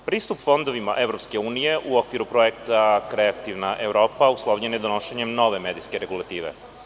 Pristup fondovima EU u okviru projekta „Kreativna Evropa“ uslovljen je donošenjem nove medijske regulative.